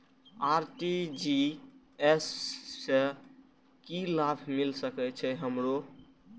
RTGS से की लाभ मिल सके छे हमरो?